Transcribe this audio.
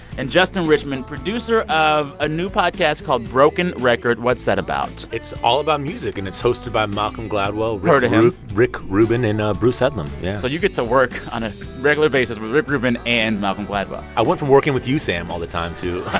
and justin richmond, producer of a new podcast called broken record. what's that about? it's all about music. and it's hosted by malcolm gladwell. heard of him. rick rubin and ah bruce headlam, yeah so you get to work on a regular basis with rick rubin and malcolm gladwell i went from working with you, sam, all the time to.